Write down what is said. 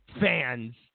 fans